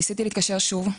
ניסיתי להתקשר שוב,